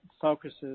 focuses